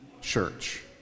church